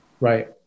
right